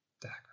Dagger